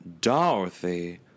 Dorothy